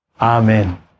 Amen